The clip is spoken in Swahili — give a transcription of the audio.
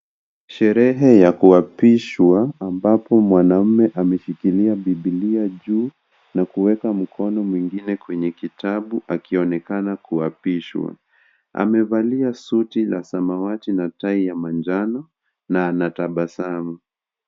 Sherehe ya kuapishwa ambapo mwanaume ameshikilia bibilia juu na kuweka mkono mwingine kwenye kitabu akionekana kuapishwa. Amevalia suti la samawati na tai ya manjano na anatabasamu.